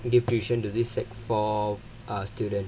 give tuition to this sec four student